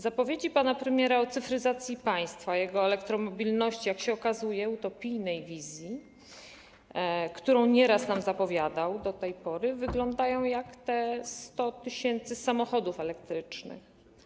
Zapowiedzi pana premiera dotyczące cyfryzacji państwa, jego elektromobliności - jak się okazuje, utopijnej wizji, o której nieraz nam opowiadał, do tej pory wyglądają jak te 100 tys. samochodów elektrycznych.